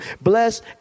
bless